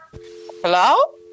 Hello